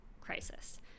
crisis